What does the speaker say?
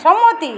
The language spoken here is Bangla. সম্মতি